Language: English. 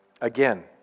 Again